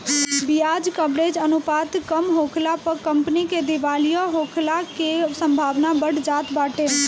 बियाज कवरेज अनुपात कम होखला पअ कंपनी के दिवालिया होखला के संभावना बढ़ जात बाटे